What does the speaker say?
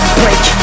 break